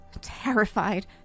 terrified